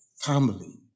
family